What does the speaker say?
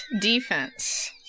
defense